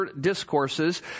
discourses